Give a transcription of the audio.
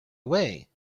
away